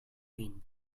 egin